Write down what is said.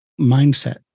mindset